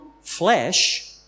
flesh